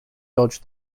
dodged